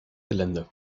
gelände